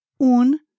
Un